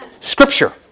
Scripture